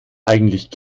eigentlich